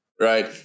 Right